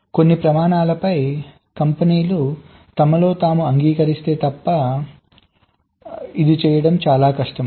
కొన్ని ప్రమాణాలపై కంపెనీలు తమలో తాము అంగీకరిస్తే తప్ప చాలా కష్టం